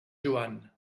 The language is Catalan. joan